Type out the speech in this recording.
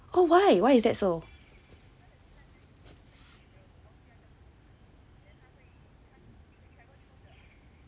well why why is that so